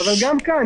אבל גם כאן,